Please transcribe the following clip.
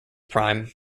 prime